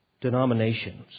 denominations